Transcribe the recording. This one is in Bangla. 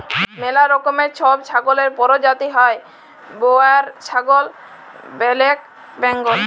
ম্যালা রকমের ছব ছাগলের পরজাতি হ্যয় বোয়ার ছাগল, ব্যালেক বেঙ্গল